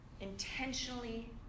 intentionally